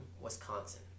Wisconsin